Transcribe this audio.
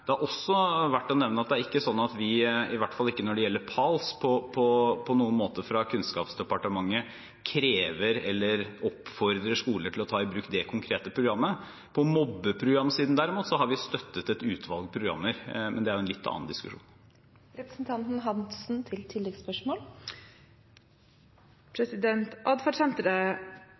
Det er helt avgjørende. Det er også verdt å nevne at det ikke er slik at vi i Kunnskapsdepartementet – i hvert fall ikke når det gjelder PALS – på noen måte krever eller oppfordrer skoler til å ta i bruk det konkrete programmet. På mobbeprogramsiden derimot har vi støttet et utvalg programmer, men det er en litt annen diskusjon.